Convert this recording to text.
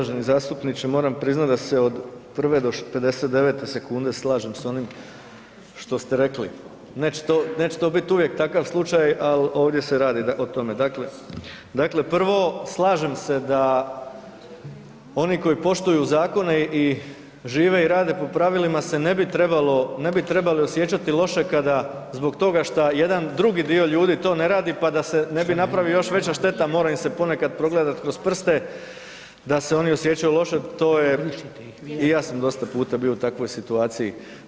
Uvaženi zastupniče, moram priznati da se od 1. do 59. sekunde slažem s onim što ste rekli, neće to biti uvijek takav slučaj, ali ovdje se radi o tome. dakle prvo slažem se da oni koji poštuju zakone i žive i rade po pravilima se ne bi trebali osjećati loše kada zbog toga što jedan drugi dio ljudi to ne radi pa da se ne bi napravila još veća šteta, mora im se ponekad progledati kroz prste da se oni osjećaju loše, to je i ja sam dosta puta bio u takvoj situaciji.